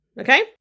Okay